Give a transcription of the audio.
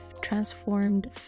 transformed